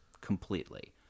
completely